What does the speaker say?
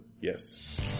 Yes